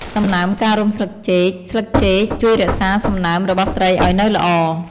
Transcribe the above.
សំណើមការរុំស្លឹកចេកស្លឹកចេកជួយរក្សាសំណើមរបស់ត្រីឲ្យនៅល្អ។